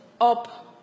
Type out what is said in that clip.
up